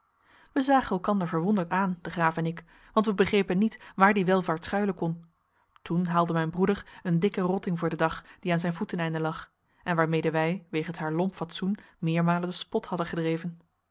wij zagen elkander verwonderd aan de graaf en ik want wij begrepen niet waar die welvaart schuilen kon toen haalde mijn broeder een dikken rotting voor den dag die aan zijn voeteneinde lag en waarmede wij wegens haar lomp fatsoen meermalen den spot hadden gedreven